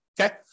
okay